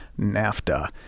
NAFTA